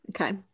okay